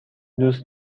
دوست